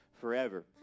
forever